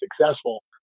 successful